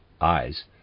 eyes